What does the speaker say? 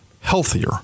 healthier